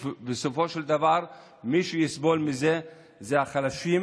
ובסופו של דבר מי שיסבול מזה זה החלשים,